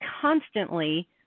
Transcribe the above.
constantly